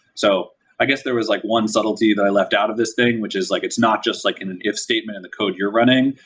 so i guess there is like one subtlety that i left out of this thing, which is like it's not just like in an if statement and the code you're running,